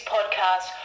Podcast